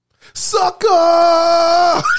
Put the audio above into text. Sucker